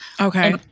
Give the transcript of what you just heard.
Okay